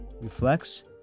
reflects